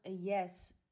yes